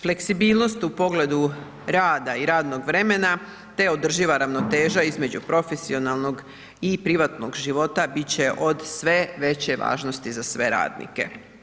Fleksibilnost u pogledu rada i radnog vremena te održiva ravnoteža između profesionalnog i privatnog života bit će od sve veće važnosti za sve radnike.